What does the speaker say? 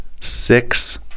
six